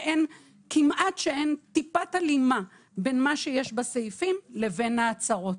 ואין כמעט הלימה בין הסעיפים להצהרות.